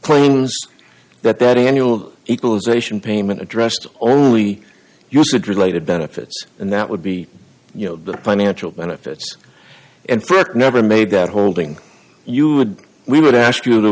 claims that that annual equalization payment addressed only usage related benefits and that would be you know the financial benefits and st never made that holding you should we would ask you t